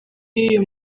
y’uyu